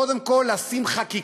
קודם כול, חקיקה,